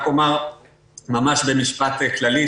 רק אומר ממש במשפט כללי,